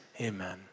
Amen